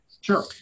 Sure